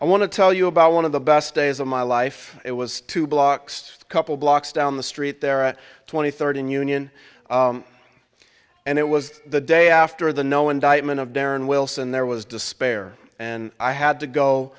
i want to tell you about one of the best days of my life it was two blocks couple blocks down the street there are twenty thirty in union and it was the day after the no indictment of darren wilson there was despair and i had to go